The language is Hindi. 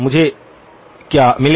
मुझे क्या मिलेगा